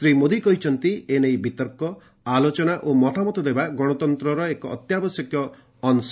ଶ୍ରୀ ମୋଦୀ କହିଛନ୍ତି ଏ ନେଇ ବିତର୍କ ଆଲୋଚନା ଓ ମତାମତ ଦେବା ଗଶତନ୍ତର ଏକ ଅତ୍ୟାବଶ୍ୟକୀୟ ଅଂଶ